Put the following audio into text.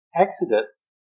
Exodus